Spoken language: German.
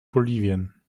bolivien